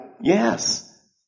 Yes